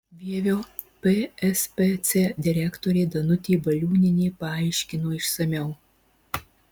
vievio pspc direktorė danutė baliūnienė paaiškino išsamiau